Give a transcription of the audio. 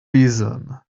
reason